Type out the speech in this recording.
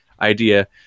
idea